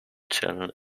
channel